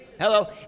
Hello